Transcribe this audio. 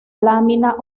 lámina